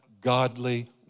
godly